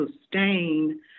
sustain